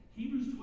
Hebrews